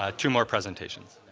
ah two more presentations.